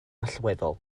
allweddol